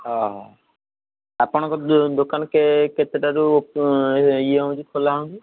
ଆପଣଙ୍କ ଦୋକାନ କେତେଟାରୁ ଇଏ ହେଉଛି ଖୋଲା ହେଉଛି